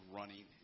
running